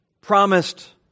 promised